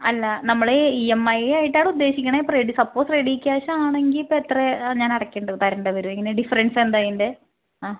അല്ല നമ്മളേ E M I ആയിട്ടാണ് ഉദ്ദേശിക്കണത് ഇപ്പം റെഡി സപ്പോസ് റെഡീക്ക്യാഷാണെങ്കിൽ ഇപ്പം എത്രേ ഞാനടക്കേണ്ടത് തരേണ്ടി വരും എങ്ങനാണ് ഡിഫ്ഫറെൻസ് എന്താ അതിൻ്റെ ആ